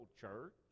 church